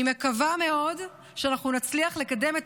אני מקווה מאוד שאנחנו נצליח לקדם את